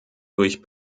durch